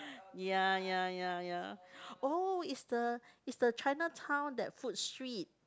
ya ya ya ya oh it's the it's the Chinatown that food street